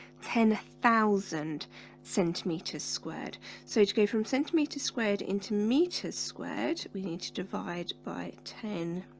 ten thousand centimeters squared so to go from centimeter squared into meters squared we need to divide by ten